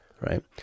right